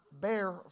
bear